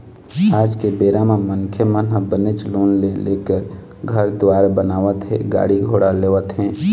आज के बेरा म मनखे मन ह बनेच लोन ले लेके घर दुवार बनावत हे गाड़ी घोड़ा लेवत हें